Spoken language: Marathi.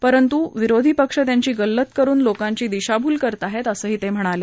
परंतु विरोधी पक्ष त्यांची गल्लत करुन लोकांची दिशाभूल करतायेत असंही ते म्हणाले